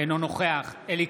אינו נוכח אלי